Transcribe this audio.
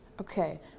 Okay